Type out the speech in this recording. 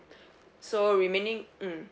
so remaining mm